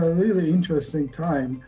really interesting time.